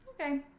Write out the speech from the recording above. okay